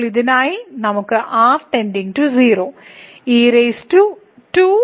ഇപ്പോൾ ഇതിനായി നമുക്ക് r 0